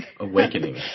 Awakening